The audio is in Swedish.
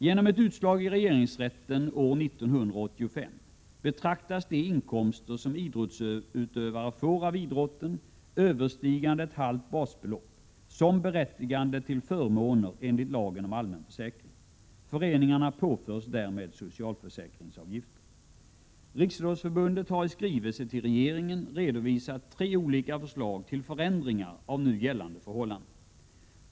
Genom ett utslag i regeringsrätten år 1985 betraktas de inkomster som idrottsutövare får av idrotten överstigande ett halvt basbelopp, som berättigande till förmåner enligt lagen om allmän försäkring. Föreningarna påförs därmed socialförsäkringsavgifter. Riksidrottsförbundet har i skrivelse till regeringen redovisat tre olika förslag till förändringar av nu gällande förhållanden.